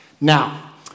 Now